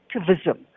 activism